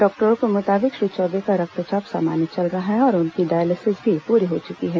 डॉक्टरों के मुताबिक श्री चौबे का रक्तचाप सामान्य चल रहा है और उनकी डायलिसिस भी पूरी हो चुकी है